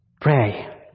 pray